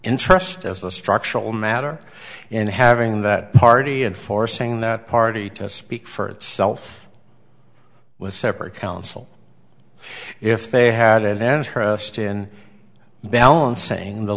intrust as a structural matter in having that party and forcing that party to speak for itself with separate counsel if they had an interest in balancing the